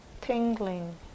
tingling